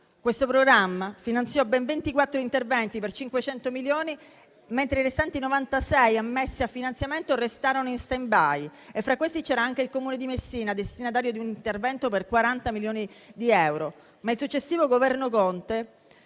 Questo programma finanziò ben 24 interventi per 500 milioni, mentre i restanti 96 ammessi a finanziamento restarono in *stand-by* e fra questi c'era anche il Comune di Messina, destinatario di un intervento per 40 milioni di euro. Tuttavia, il successivo Governo Conte